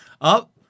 up